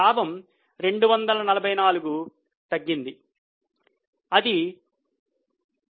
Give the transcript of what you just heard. లాభం 244 తగ్గింది అది 0